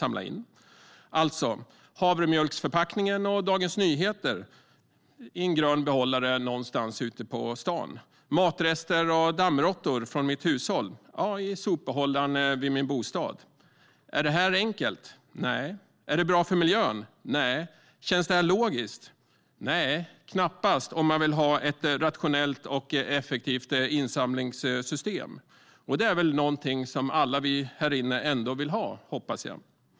Alltså: havremjölksförpackningen och Dagens Nyheter ska läggas i en grön behållare någonstans ute på stan medan matrester och dammråttor ska läggas i sopbehållaren vid min bostad. Är detta enkelt? Nej. Är det bra för miljön? Nej. Känns det logiskt? Nej knappast, om man vill ha ett rationellt och effektivt insamlingssystem. Och det är väl något som alla vi här inne vill ha, hoppas jag.